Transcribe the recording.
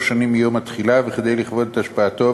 שנים מיום התחילה כדי לבדוק את השפעתו,